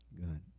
God